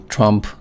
Trump